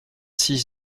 six